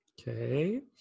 Okay